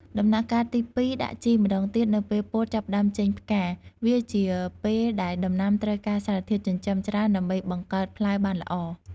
ដំណាក់កាលទី២ ដាក់ជីម្ដងទៀតនៅពេលពោតចាប់ផ្ដើមចេញផ្កា ដែលវាជាពេលដែលដំណាំត្រូវការសារធាតុចិញ្ចឹមច្រើនដើម្បីបង្កើតផ្លែបានល្អ។